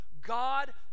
God